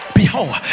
behold